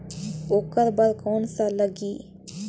ओकर बर कौन का लगी?